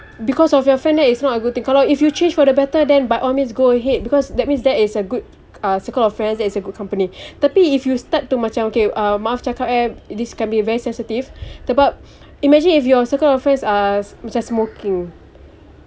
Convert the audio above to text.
because of your friend then it's not a good thing kalau if you change for the better then by all means go ahead because that means that is a good uh circle of friends that is a good company tapi if you start to macam okay maaf cakap eh this can be very sensitive sebab imagine if your circle of friends uh macam smoking